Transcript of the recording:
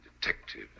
detective